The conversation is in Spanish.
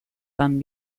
tan